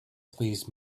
please